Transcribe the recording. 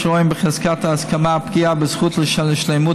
יש הרואים בחזקת ההסכמה פגיעה בזכות לשלמות